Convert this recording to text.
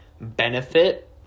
benefit